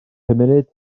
munud